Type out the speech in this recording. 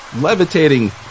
levitating